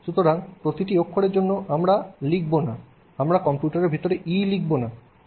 সুতরাং প্রতিটি অক্ষরের জন্য আমরা লিখব না আমরা কম্পিউটারের ভিতরে E লিখব না